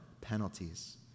penalties